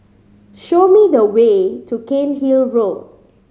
show me the way to Cairnhill Road